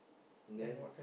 then